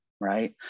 right